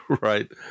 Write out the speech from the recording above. Right